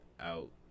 out